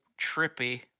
trippy